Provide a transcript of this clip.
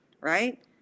right